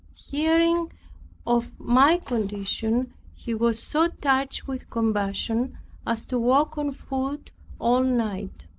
hearing of my condition he was so touched with compassion as to walk on foot all night.